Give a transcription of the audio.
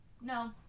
No